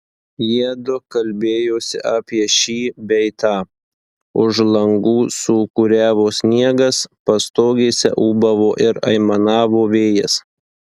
jiedu kalbėjosi apie šį bei tą už langų sūkuriavo sniegas pastogėse ūbavo ir aimanavo vėjas